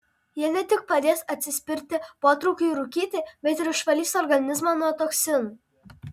jie ne tik padės atsispirti potraukiui rūkyti bet ir išvalys organizmą nuo toksinų